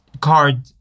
card